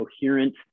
coherent